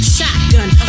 Shotgun